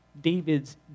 David's